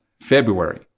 February